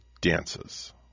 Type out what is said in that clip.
Dances